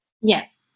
Yes